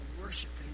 worshiping